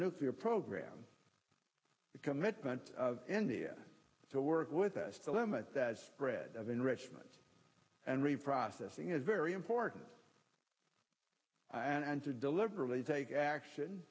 nuclear program become advent of india to work with us to limit that spread of enrichment and reprocessing is very important and to deliberately take action